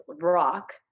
rock